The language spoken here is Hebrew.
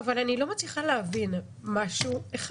סליחה, אבל אני לא מצליחה להבין משהו אחד.